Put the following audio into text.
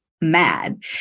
mad